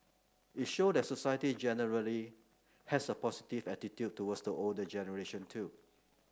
it showed that society generally has a positive attitude towards the older generation too